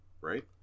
right